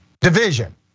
division